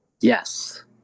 Yes